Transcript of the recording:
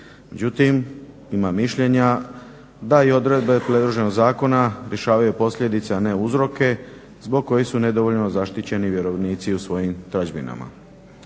Međutim, ima mišljenja da i odredbe predloženog zakona rješavaju posljedice, a ne uzroke zbog kojih su nedovoljno zaštićeni vjerovnici u svojim tražbinama.